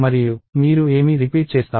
మరియు మీరు ఏమి రిపీట్ చేస్తారు